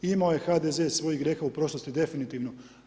Imao je HDZ svojih grijeha u prošlosti definitivno.